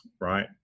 right